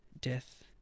death